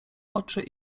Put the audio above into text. oczy